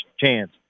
chance